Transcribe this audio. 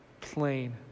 plain